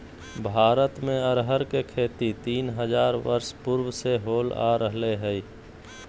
भारत में अरहर के खेती तीन हजार वर्ष पूर्व से होल आ रहले हइ